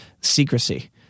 secrecy